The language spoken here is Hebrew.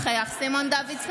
(קוראת בשמות חברי הכנסת) בנימין גנץ,